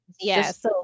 Yes